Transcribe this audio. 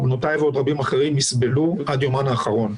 בנותיי ועוד רבים אחרים יסבלו עד יומם האחרון.